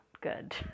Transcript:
good